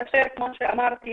כאמור,